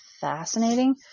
fascinating